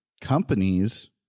companies